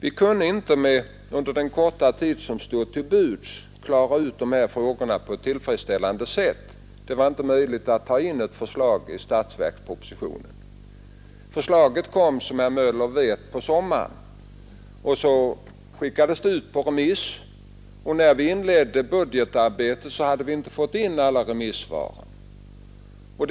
Vi kunde inte under den korta tid som stod till buds klara ut de här frågorna på ett tillfredsställande sätt. Det var inte möjligt att ta in ett förslag i statsverkspropositionen. Förslaget från utredningen kom, som herr Möller vet, på sommaren, och då skickades det ut på remiss. När vi inledde budgetarbetet, hade vi inte fått in alla remissvaren.